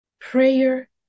prayer